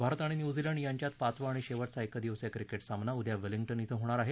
भारत आणि न्यूझीलंड यांच्यात पाचवा आणि शेवटचा एकदिवसीय क्रिकेट सामना उद्या वेलिंग्टन अं होणार आहे